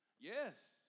Yes